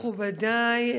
מכובדיי,